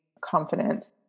confident